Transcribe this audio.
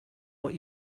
what